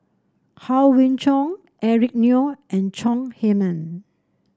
Howe Yoon Chong Eric Neo and Chong Heman